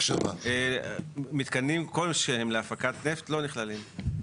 מתקנים כלשהם להפקת נפט לא נכללים.